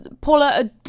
Paula